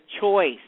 choice